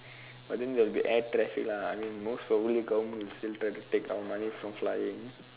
but then there will air traffic lah most probably the government will still try to take our money for flying